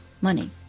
money